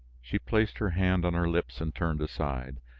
she placed her hand on her lips and turned aside.